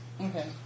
Okay